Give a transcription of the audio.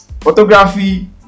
photography